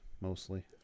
mostly